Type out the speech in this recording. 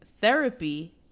Therapy